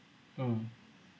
mm